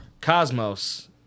cosmos